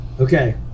Okay